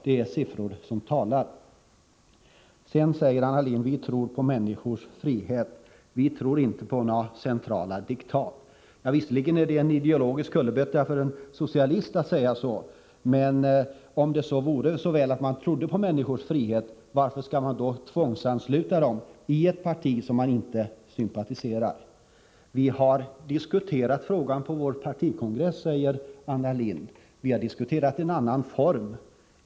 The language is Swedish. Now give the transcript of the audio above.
Det är siffror som talar! Anna Lindh sade: Vi tror på människors frihet — vi tror inte på några centrala diktat. Visserligen är det en ideologisk kullerbytta av en socialist att säga så, men om det vore så väl att man trodde på människors frihet, varför skulle man då tvångsansluta dem till ett parti som de inte sympatiserar med? Vi har diskuterat frågan på vår partikongress, säger Anna Lindh. Vi har diskuterat en annan form!